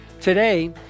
Today